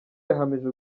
yahamije